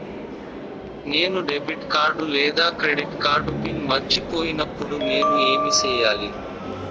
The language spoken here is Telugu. నేను డెబిట్ కార్డు లేదా క్రెడిట్ కార్డు పిన్ మర్చిపోయినప్పుడు నేను ఏమి సెయ్యాలి?